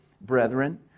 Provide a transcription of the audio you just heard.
brethren